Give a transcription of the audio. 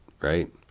right